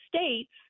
states